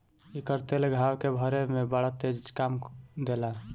एकर तेल घाव के भरे में बड़ा तेज काम देला